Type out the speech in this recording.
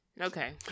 Okay